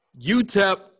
UTEP